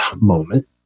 moment